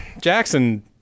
Jackson